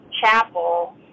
chapel